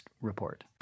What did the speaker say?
Report